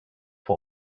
for